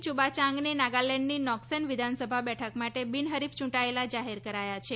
યુબાયાંગને નાગાલેન્ડની નોકસેન વિધાનસભા બેઠક માટે બિનહરીફ યૂંટાયેલા જાહેર કરાયા છે